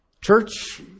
Church